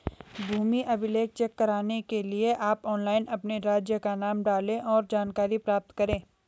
भूमि अभिलेख चेक करने के लिए आप ऑनलाइन अपने राज्य का नाम डालें, और जानकारी प्राप्त करे